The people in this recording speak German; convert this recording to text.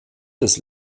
des